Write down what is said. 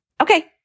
Okay